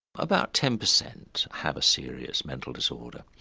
about ten percent have a serious mental disorder.